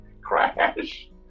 crash